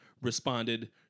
responded